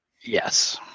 Yes